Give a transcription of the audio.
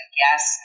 guess